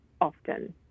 Often